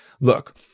look